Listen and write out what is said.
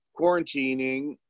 quarantining